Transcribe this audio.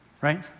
right